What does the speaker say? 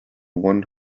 one